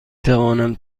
توانم